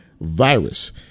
virus